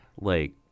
Like-